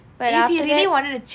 but after that